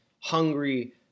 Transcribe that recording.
hungry